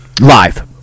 Live